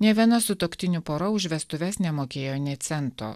nė viena sutuoktinių pora už vestuves nemokėjo nė cento